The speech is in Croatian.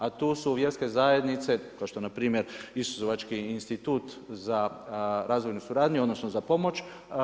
A tu vjerske zajednice, kao što je npr. Isusovački institut za razvojnu suradnju, odnosno za pomoć.